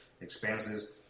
expenses